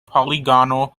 polygonal